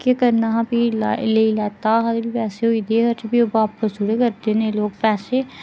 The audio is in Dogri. केह् करना हा फ्ही ला लेई लैता हा ते बस भी गेआ उठी ओह् बापस थोह्ड़ी करदे न एह् लोक पैसे